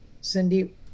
Cindy